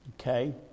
Okay